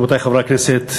רבותי חברי הכנסת,